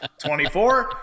24